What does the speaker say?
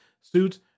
suits